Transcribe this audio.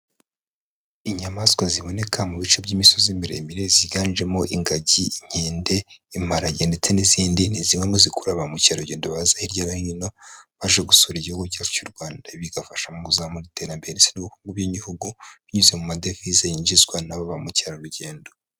Inyamaswa ziboneka mu bice by'imisozi miremire ziganjemo ingagi, nkende, imparage ndetse n'izindi, ni zimwe mu zikuru ba mukerarugendo baza hirya no hino, baje gusura igihugu cyacu cy'u Rwanda. Ibi bigafasha mu kuzamura iterambere n'ubukungu bw'igihugu, binyuze mu madevize yinjizwa n'aba ba mukerarugendo.